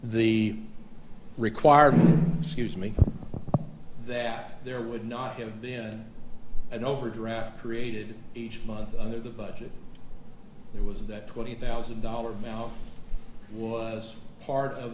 the requirement scuse me that there would not have been an overdraft created each month under the budget it was that twenty thousand dollars now was part of